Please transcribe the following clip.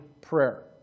prayer